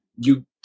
you-